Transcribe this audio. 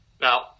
Now